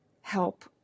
help